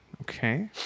Okay